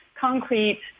concrete